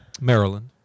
Maryland